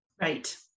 Right